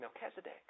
Melchizedek